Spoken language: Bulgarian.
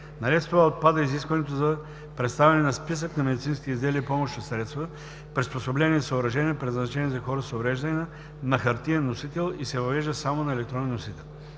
Наред с това отпада изискването за представяне на списък на медицинските изделия и помощни средства, приспособления и съоръжения, предназначени за хора с увреждания, на хартиен носител и се въвежда само на електронен носител.